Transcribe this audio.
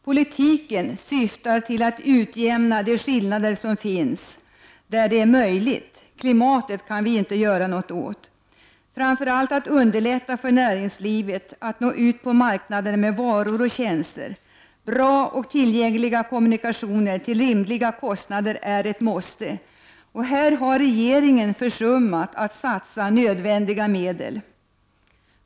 Politiken syftar till att utjämna de skillnader som finns där det är möjligt. Klimatet kan vi inte göra något åt. Framför allt är avsikten att underlätta för näringslivet och att nå ut på marknaden med varor och tjänster. Bra och tillgängliga kommunikationer till rimliga kostnader är ett måste. Här har regeringen försummat att satsa nödvändiga medel.